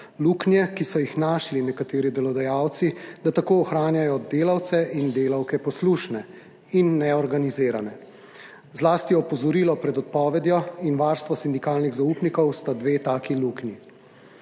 luknje, ki so jih našli nekateri delodajalci, da tako ohranjajo delavce in delavke poslušne in neorganizirane. Zlasti opozorilo pred odpovedjo in varstvo sindikalnih zaupnikov sta dve taki luknji.